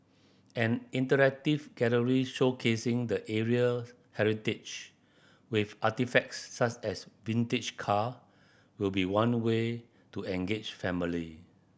an interactive gallery showcasing the area's heritage with artefacts such as vintage car will be one way to engage family